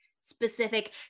specific